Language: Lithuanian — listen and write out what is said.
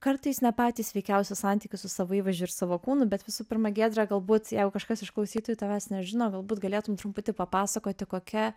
kartais ne patį sveikiausią santykius su savo įvaizdžiu ir savo kūnu bet visų pirma giedre galbūt jeigu kažkas iš klausytojų tavęs nežino galbūt galėtum truputį papasakoti kokia